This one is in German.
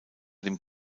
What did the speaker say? dem